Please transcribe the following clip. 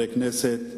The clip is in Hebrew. חברי כנסת,